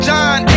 John